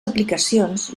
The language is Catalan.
aplicacions